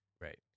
Right